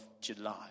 July